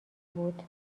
بود